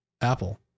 Apple